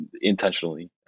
intentionally